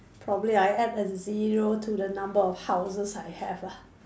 probably I add a zero to the number of houses I have lah